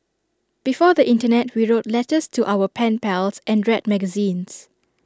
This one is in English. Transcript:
before the Internet we wrote letters to our pen pals and read magazines